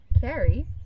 carrie